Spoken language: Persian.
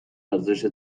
ارزش